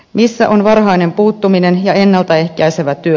missä on varhainen puuttuminen ja ennalta ehkäisevä työ